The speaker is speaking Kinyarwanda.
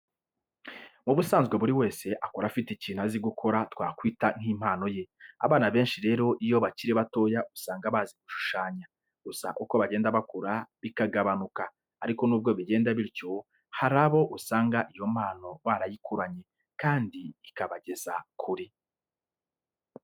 Mu busanzwe buri wese akura afite ikintu azi gukora twakwita nk'impano ye. Abana benshi rero iyo bakiri batoya usanga bazi gushushanya gusa uko bagenda bakura bikagabanuka ariko nubwo bigenda bityo hari abo usanga iyo mpano barayikuranye kandi ikabageza kure.